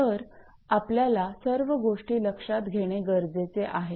तर आपल्याला सर्व गोष्टी लक्षात घेणे गरजेचे आहे